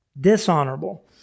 Dishonorable